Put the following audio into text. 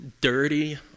dirty